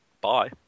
bye